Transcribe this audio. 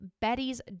Betty's